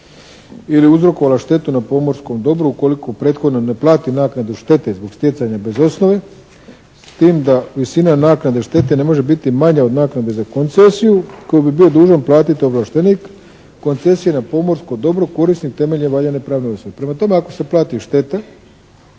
ili je uzrokovala štetu na pomorskom dobru ukoliko prethodno ne plati naknadu štete zbog stjecanja bez osnove s tim da visina naknade štete ne može biti manja od naknade za koncesiju koju bi bio dužan platiti ovlaštenik koncesije na pomorskom dobru, korisnik temeljem valjane pravne osnove. Prema tome ako se plati šteta